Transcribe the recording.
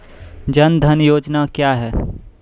जन धन योजना क्या है?